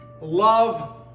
love